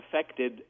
affected